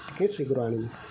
ଟିକିଏ ଶୀଘ୍ର ଆଣିବ